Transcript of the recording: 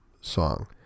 song